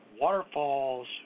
waterfalls